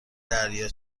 دریا